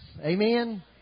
Amen